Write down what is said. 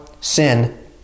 sin